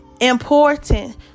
important